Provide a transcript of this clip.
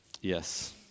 Yes